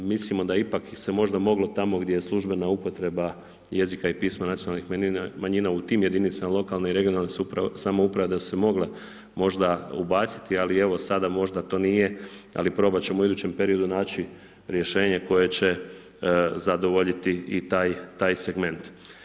Mislimo da ipak se možda moglo tamo gdje je službena upotreba jezika i pisma nacionalnih manjina u tim jedinicama lokalne i regionalne samouprave da su mogla možda ubaciti ali evo sada možda to nije, ali probati ćemo u idućem periodu naći rješenje koje će zadovoljiti i taj segment.